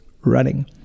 running